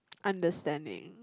understanding